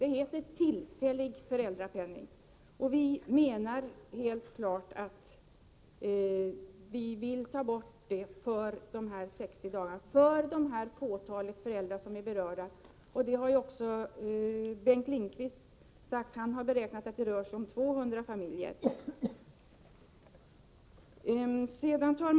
Det heter ju ”tillfällig” föräldrapenning, och vi vill ta bort bestämmelsen om 60 dagar för det fåtal föräldrar som är berörda. Bengt Lindqvist har beräknat att det rör sig om 200 familjer.